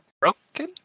broken